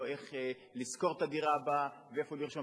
לא איך לשכור את הדירה הבאה ואיפה לרשום